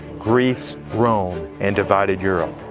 greece, rome, and divided europe.